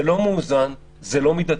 זה לא מאוזן, זה לא מידתי.